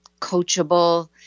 coachable